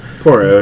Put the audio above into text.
poor